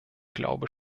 glaube